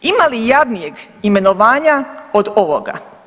Ima li jadnijeg imenovanja od ovoga?